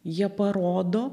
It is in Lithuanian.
jie parodo